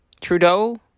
Trudeau